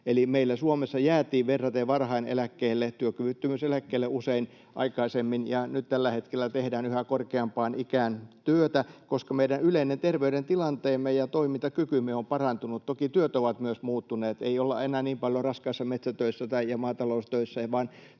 meillä Suomessa jäätiin verraten varhain eläkkeelle, usein työkyvyttömyyseläkkeelle, ja nyt tällä hetkellä tehdään yhä korkeampaan ikään työtä, koska meidän yleinen terveydentilanteemme ja toimintakykymme on parantunut. Toki työt ovat myös muuttuneet: ei olla enää niin paljon raskaissa metsätöissä tai maataloustöissä,